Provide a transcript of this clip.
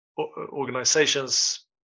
Organizations